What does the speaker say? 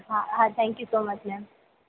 હા હા thank you so much ma'am